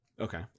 okay